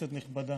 כנסת נכבדה,